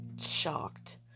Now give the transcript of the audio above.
shocked